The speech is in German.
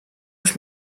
ich